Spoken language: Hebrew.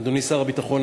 אדוני שר הביטחון,